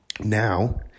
Now